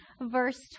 verse